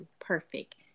Perfect